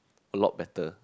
a lot better